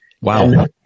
Wow